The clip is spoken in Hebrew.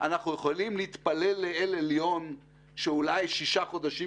אנחנו יכולים להתפלל לאל עליון שאולי שישה חודשים